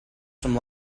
some